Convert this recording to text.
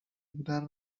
بودن